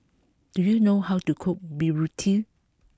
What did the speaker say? do you know how to cook Burrito